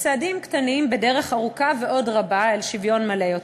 צעדים קטנים בדרך ארוכה ועוד רבה אל שוויון מלא יותר.